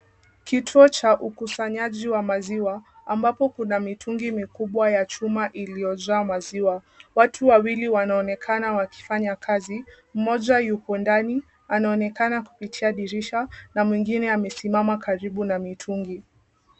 Kituo cha ukusanyaji wa maziwa ambapo kuna mitungi mikubwa ya chuma iliyojaa maziwa. Watu wawili wanaonekana wakifanya kazi. Mmoja yupo ndani anaonekana kupitia dirisha na mwingine amesimama karibu na mitungi.